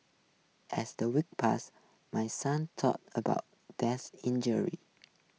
as the weeks passed my son's talk about death injury